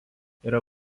yra